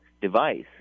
device